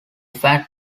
fat